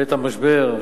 בעת המשבר,